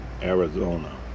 Arizona